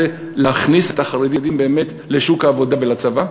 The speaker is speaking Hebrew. להכניס את החרדים לשוק העבודה ולצבא,